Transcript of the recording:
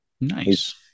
Nice